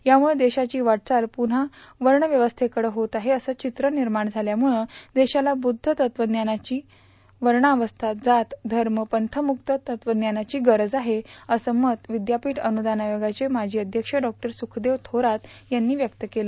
यामुळं देशाची वाटचाल पुव्हा वर्णव्यवस्थेकडं होत आहे असे चित्र निर्माण झाल्यामुळं देशाला बुद्ध तत्वज्ञानाची वर्णव्यवस्था जात धर्म पंथमुक्त तत्वज्ञानाची गरज आहे असं मत विद्यापीठ अनुदान आयोगाचे माजी अध्यक्ष डॉ सुखदेव थोरात यांनी आज नागपूर इथं व्यक्त केलं